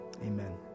amen